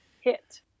hit